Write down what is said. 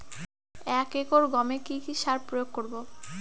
এক একর গমে কি কী সার প্রয়োগ করব?